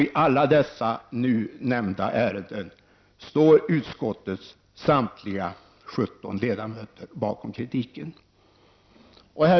I alla dessa nu nämnda ärenden står utskottets samtliga 17 ledamöter bakom kritiken.